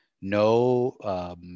no